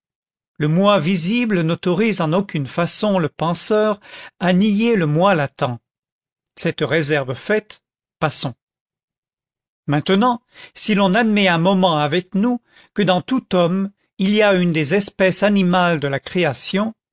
le moi visible n'autorise en aucune façon le penseur à nier le moi latent cette réserve faite passons maintenant si l'on admet un moment avec nous que dans tout homme il y a une des espèces animales de la création